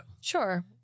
Sure